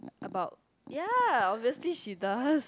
about ya obviously she does